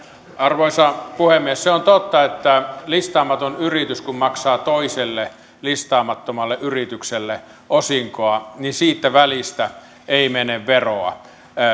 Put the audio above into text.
arvoisa puhemies se on totta että kun listaamaton yritys maksaa toiselle listaamattomalle yritykselle osinkoa niin siitä välistä ei mene veroa